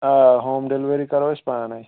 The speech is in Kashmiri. آ ہوٗم ڈِلؤری کَرو أسۍ پانَے